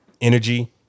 Energy